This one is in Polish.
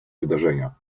wydarzenia